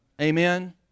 Amen